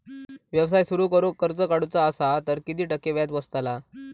व्यवसाय सुरु करूक कर्ज काढूचा असा तर किती टक्के व्याज बसतला?